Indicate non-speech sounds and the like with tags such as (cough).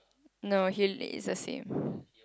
no he'll it's the same (breath)